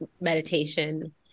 meditation